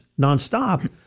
nonstop